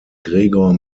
gregor